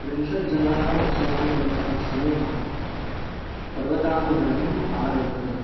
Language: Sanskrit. त्रिंशत् जनानाम् अस्माकम् एकः समूहः पर्वतारोहणम् आरभत